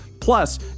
Plus